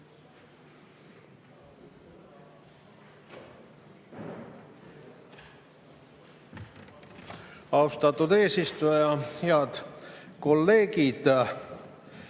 Austatud eesistuja! Head kolleegid!